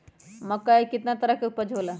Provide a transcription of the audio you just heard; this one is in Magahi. मक्का के कितना तरह के उपज हो ला?